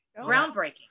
groundbreaking